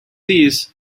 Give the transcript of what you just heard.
these